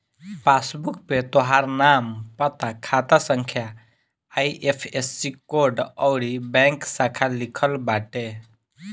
passbook पे तोहार नाम, पता, खाता संख्या, आई.एफ.एस.सी कोड अउरी बैंक शाखा लिखल रहत बाटे